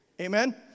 Amen